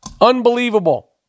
unbelievable